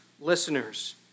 listeners